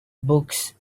books